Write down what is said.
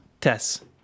Tess